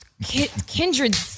Kindred